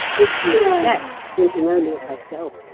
if she accept thinking only of herself,